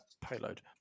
payload